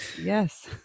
Yes